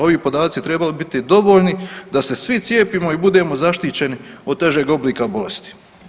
Ovi podaci bi trebali biti dovoljni da se svi cijepimo i budemo zaštićeni od težeg oblika bolesti.